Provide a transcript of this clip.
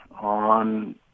on